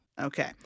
Okay